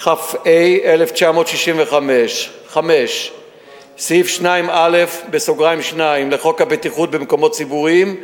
התשכ"ה1965 ; 5. סעיף2(א)(2) לחוק הבטיחות במקומות ציבוריים,